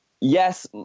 yes